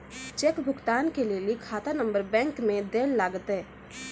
cheque भुगतान के लेली खाता नंबर बैंक मे दैल लागतै